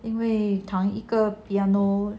因为弹一个